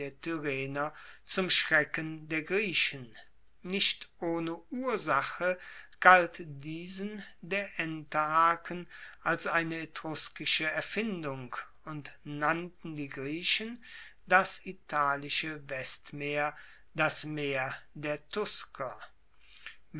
zum schrecken der griechen nicht ohne ursache galt diesen der enterhaken als eine etruskische erfindung und nannten die griechen das italische westmeer das meer der tusker